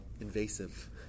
invasive